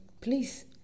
Please